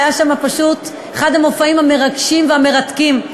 והיה שם פשוט אחד המופעים המרגשים והמרתקים,